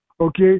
Okay